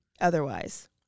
otherwise